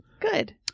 Good